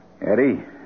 Eddie